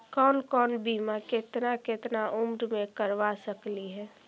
कौन कौन बिमा केतना केतना उम्र मे करबा सकली हे?